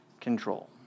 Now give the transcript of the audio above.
control